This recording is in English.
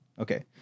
Okay